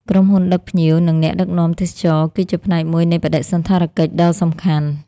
ក្រុមហ៊ុនដឹកភ្ញៀវ និងអ្នកដឹកនាំទេសចរគឺជាផ្នែកមួយនៃបដិសណ្ឋារកិច្ចដ៏សំខាន់។